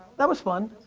that was fun.